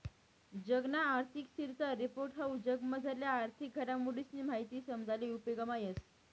जगना आर्थिक स्थिरता रिपोर्ट हाऊ जगमझारल्या आर्थिक घडामोडीसनी माहिती समजाले उपेगमा येस